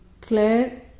Claire